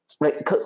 Right